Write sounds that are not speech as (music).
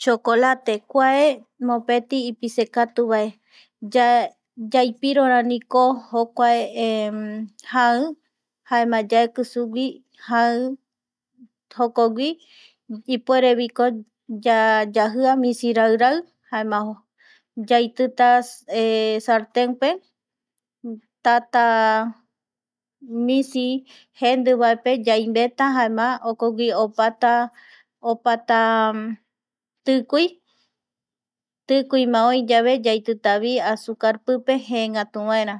Chokolate (noise) kuae mopeti (noise) ipisekatu vae (noise) (hesitation) yaipirorariko jokua (hesitation) jai jaema (noise) yaeki sugui (noise) jai (noise) jokogui (noise) ipuereviko yayajia (noise) misirairai (noise) jaema yaitita (hesitation) sartenpe, tata (hesitation) misi jendivaepe yaimbeta jaema jokogui opata, opata (hesitation) tikui, tikuima oi yave yaitita pipe azucar pipe jeengatuvaera (hesitation)